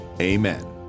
amen